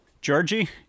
Georgie